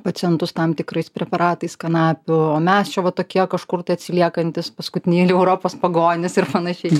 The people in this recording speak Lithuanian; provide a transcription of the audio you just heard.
pacientus tam tikrais preparatais kanapių o mes čia va tokie kažkur tai atsiliekantys paskutinieji europos pagonys ir panašiai